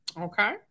Okay